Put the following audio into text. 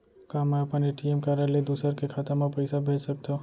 का मैं अपन ए.टी.एम कारड ले दूसर के खाता म पइसा भेज सकथव?